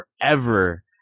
forever